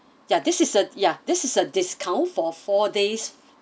ya this is a ya this is a discount for four days